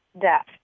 death